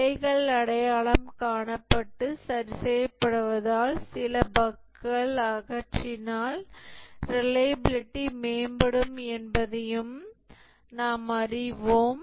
பிழைகள் அடையாளம் காணப்பட்டு சரி செய்யப்படுவதால் சில பஃக்கள் அகற்றினால் ரிலையபிலிடி மேம்படும் என்பதையும் நாம் அறிவோம்